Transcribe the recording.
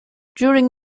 during